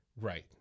Right